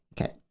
Okay